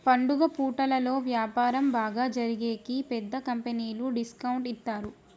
పండుగ పూటలలో వ్యాపారం బాగా జరిగేకి పెద్ద కంపెనీలు డిస్కౌంట్ ఇత్తారు